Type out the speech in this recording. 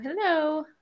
hello